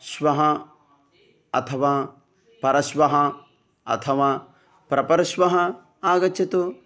श्वः अथवा परश्वः अथवा प्रपरश्वः आगच्छतु